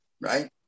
right